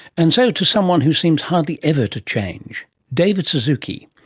and so to someone who seems hardly ever to change david suzuki.